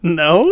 no